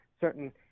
certain